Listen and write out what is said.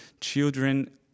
children